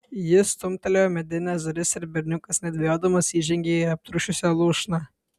jis stumtelėjo medines duris ir berniukas nedvejodamas įžengė į aptriušusią lūšną